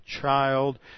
child